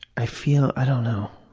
i feel, i don't know.